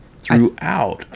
throughout